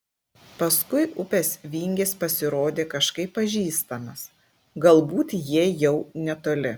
paskui upės vingis pasirodė kažkaip pažįstamas galbūt jie jau netoli